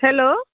hello